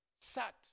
sat